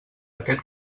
aquest